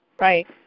Right